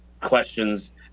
questions